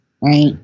right